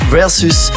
versus